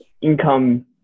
income